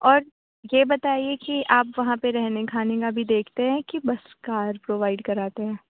اور یہ بتائیے کہ آپ وہاں پہ رہنے کھانے کا بھی دیکھتے ہیں کہ بس کار پرووائڈ کراتے ہیں